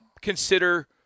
consider